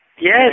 Yes